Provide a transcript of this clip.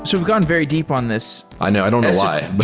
so we've gone very deep on this. i know. i don't know why.